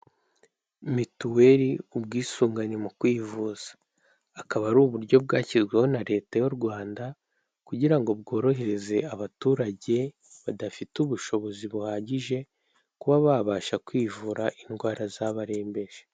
Mituweli ubwisungane mu kwivuza. Akaba ari uburyo bwashyizweho na Leta y'u Rwanda, kugira ngo bworohereze abaturage badafite ubushobozi buhagije, kuba babasha kwivura, indwara zabarembeje.